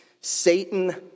Satan